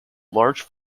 large